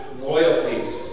loyalties